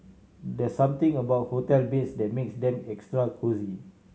there something about hotel beds that makes them extra cosy